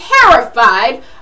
terrified